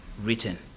written